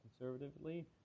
conservatively